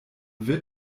wird